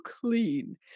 clean